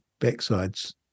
backsides